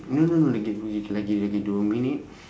no no no lagi lagi lagi dua minit